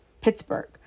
Pittsburgh